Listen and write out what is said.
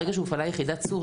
ברגע שהופעלה יחידת צור,